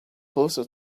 closer